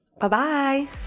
Bye-bye